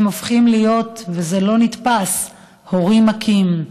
הם הופכים להיות, וזה לא נתפס, הורים מכים,